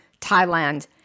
Thailand